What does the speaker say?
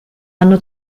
hanno